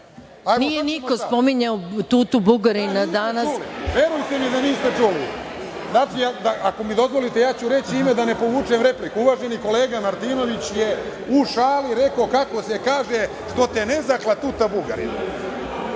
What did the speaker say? Nije niko spominjao Tutu Bugarina danas. **Dragan Vesović** Verujte mi da niste čuli. Ako mi dozvolite, ja ću reći ime, ali da ne povučem repliku. Uvaženi kolega Martinović je u šali rekao, kako se kaže: „što te ne zakla Tuta Bugarin“.